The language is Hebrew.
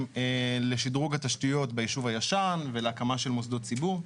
לשדרוג התשתיות ביישוב הישן ולהקמה של מוסדות ציבור.